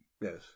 yes